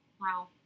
Wow